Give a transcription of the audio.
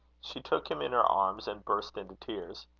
she took him in her arms, and burst into tears.